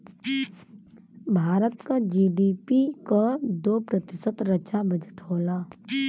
भारत क जी.डी.पी क दो प्रतिशत रक्षा बजट होला